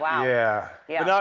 yeah. yeah.